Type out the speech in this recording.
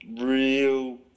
real